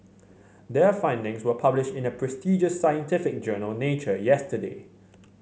their findings were published in the prestigious scientific journal Nature yesterday